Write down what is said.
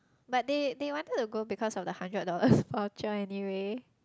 but they they wanted to go because of the hundred dollars voucher anyway